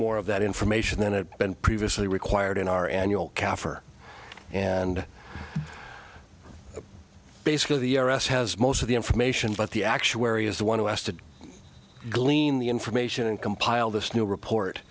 more of that information than it been previously required in our annual kaffir and basically the u s has most of the information but the actuary is the one who has to glean the information and compile this new report